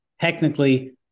Technically